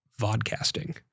vodcasting